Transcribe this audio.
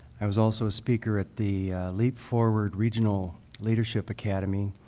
i was also speaker at the leap forward regional leadership academy.